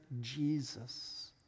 Jesus